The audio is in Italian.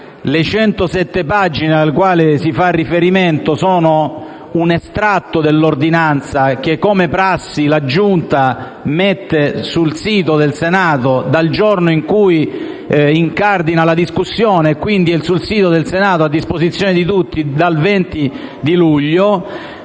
Le 107 pagine alle quali si fa riferimento sono un estratto dell'ordinanza che, come prassi, la Giunta pubblica sul sito del Senato dal giorno in cui incardina la discussione. Quindi, il sussidio del Senato è a disposizione di tutti dal 20 luglio.